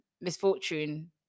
misfortune